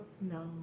No